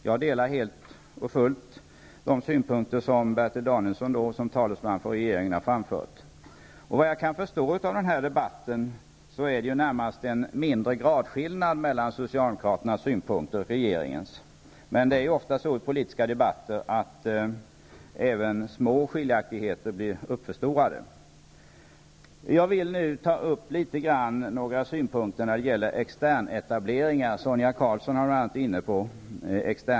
Jag delar helt och fullt de synpunkter Bertil Danielsson som talesman för regeringen har framfört. Såvitt jag uppfattat av debatten är det närmast en mindre gradskillnad mellan socialdemokraternas och regeringens synpunkter. Men det är i politiska debatter ofta så, att små skiljaktigheter blir uppförstorade. Jag vill nu anföra några synpunkter på externetableringar, som Sonia Karlsson var inne på.